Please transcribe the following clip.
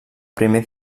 primer